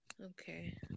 Okay